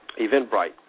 Eventbrite